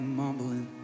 mumbling